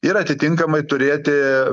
ir atitinkamai turėti